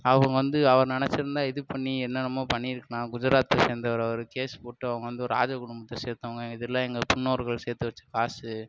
அவங்க வந்து அவர் நினச்சிருந்தா இது பண்ணி என்னென்னமோ பண்ணியிருக்கலாம் குஜராத்தை சேர்ந்தவரு அவரு கேஸ் போட்டு அவங்க வந்து ஒரு ராஜ குடும்பத்தை சேர்த்தவுங்க இதலாம் எங்கள் முன்னோர்கள் சேர்த்து வெச்ச காசு